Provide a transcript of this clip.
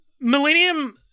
Millennium